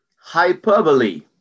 Hyperbole